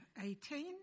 18